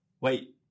Wait